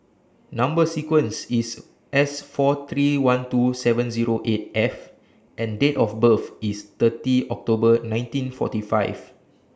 Number sequence IS S four three one two seven Zero eight F and Date of birth IS thirty October nineteen forty five